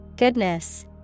Goodness